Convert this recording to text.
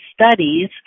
studies